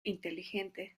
inteligente